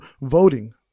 voting